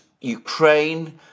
Ukraine